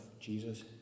Jesus